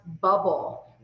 bubble